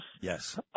Yes